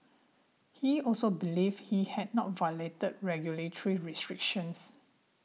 he also believed he had not violated regulatory restrictions